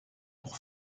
pour